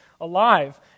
alive